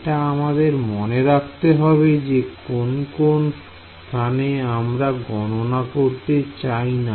এটা আমাদের মনে রাখতে হবে যে কোন কোন স্থানে আমরা গণনা করতে চাইনা